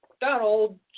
Donald